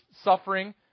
suffering